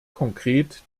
konkret